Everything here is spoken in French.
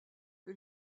que